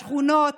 בשכונות,